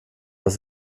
das